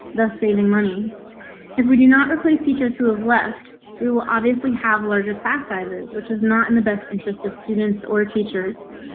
thus saving money if we do not replace teachers who have left, we will obviously have larger class sizes which is not in the best interest of students or teachers.